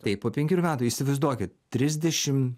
taip po penkerių metų įsivaizduokit trisdešim